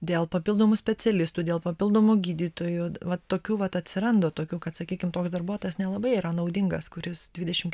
dėl papildomų specialistų dėl papildomų gydytojų va tokių vat atsiranda tokių kad sakykim toks darbuotojas nelabai yra naudingas kuris dvidešim